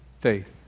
Faith